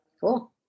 Cool